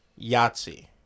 Yahtzee